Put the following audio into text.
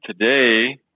Today